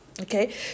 Okay